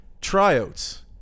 tryouts